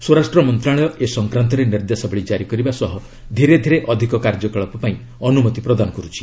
ସ୍ୱରାଷ୍ଟ୍ର ମନ୍ତ୍ରଣାଳୟ ଏ ସଂକ୍ରାନ୍ତରେ ନିର୍ଦ୍ଦେଶାବଳୀ କାରି କରିବା ସହ ଧୀରେ ଧୀରେ ଅଧିକ କାର୍ଯ୍ୟକଳାପ ପାଇଁ ଅନୁମତି ପ୍ରଦାନ କରୁଛି